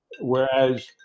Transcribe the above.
whereas